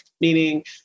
Meaning